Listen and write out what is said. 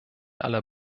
aller